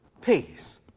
peace